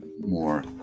more